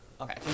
Okay